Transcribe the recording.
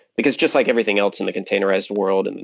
because just like everything else in the containerized world, and and